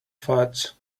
fudge